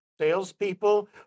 salespeople